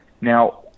Now